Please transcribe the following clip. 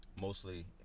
mostly